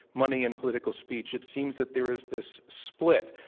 money and political speech, it seems that there is this split.